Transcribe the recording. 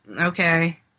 okay